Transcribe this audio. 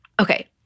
okay